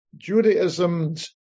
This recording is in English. Judaism's